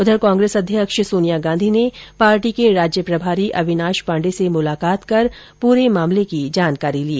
उधर कांग्रेस अध्यक्ष सोनिया गांधी ने पार्टी के राज्य प्रभारी अविनाश पांडे से मुलाकात कर पूरे मामले की जानकारी ली